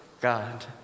God